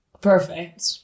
Perfect